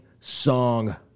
song